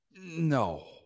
No